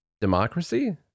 democracy